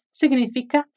significa